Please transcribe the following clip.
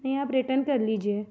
नहीं आप रिटर्न कर लीजिए